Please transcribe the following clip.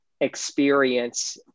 experience